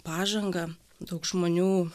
pažangą daug žmonių